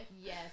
Yes